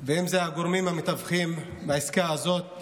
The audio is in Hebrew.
ואם אלה הגורמים המתווכים בעסקה הזאת,